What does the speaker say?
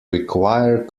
require